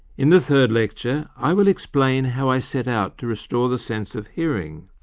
in the third lecture i will explain how i set out to restore the sense of hearing.